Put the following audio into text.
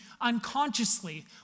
unconsciously